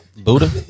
buddha